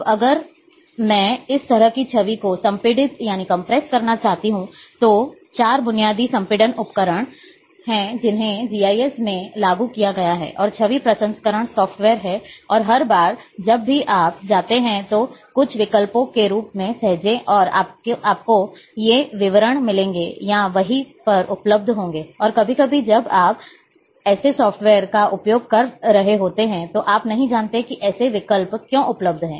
अब अगर मैं इस तरह की छवि को संपीड़ित करना चाहता हूं तो 4 बुनियादी संपीड़न उपकरण हैं जिन्हें जीआईएस में लागू किया गया है और छवि प्रसंस्करण सॉफ्टवेयर है और हर बार जब भी आप जाते हैं तो कुछ विकल्पों के रूप में सहेजें और आपको ये विवरण मिलेंगे या वहीं पर उपलब्ध होंगे और कभी कभी जब आप ऐसे सॉफ़्टवेयर का उपयोग कर रहे होते हैं तो आप नहीं जानते कि ऐसे विकल्प क्यों उपलब्ध हैं